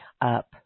up